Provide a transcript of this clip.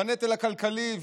בנטל הכלכלי,